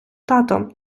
тато